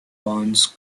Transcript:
barnes